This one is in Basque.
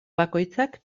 bakoitzak